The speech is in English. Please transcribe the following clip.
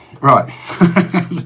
Right